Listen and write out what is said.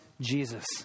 Jesus